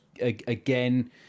again